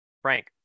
Frank